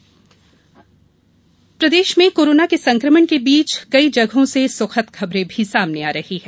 corona राहत प्रदेश में कोरोना के संकमण के बीच कई जगहों से सुखद खबरें भी सामने आ रही हैं